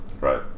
Right